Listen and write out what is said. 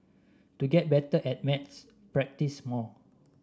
to get better at maths practise more